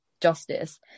justice